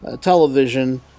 television